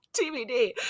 TBD